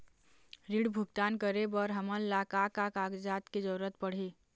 ऋण भुगतान करे बर हमन ला का का कागजात के जरूरत पड़ही?